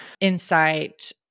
insight